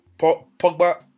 Pogba